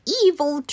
evil